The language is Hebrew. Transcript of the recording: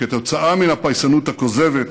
כתוצאה מן הפייסנות הכוזבת,